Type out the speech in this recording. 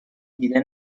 دیده